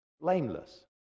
blameless